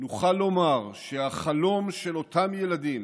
נוכל לומר שהחלום של אותם ילדים